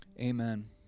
Amen